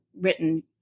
written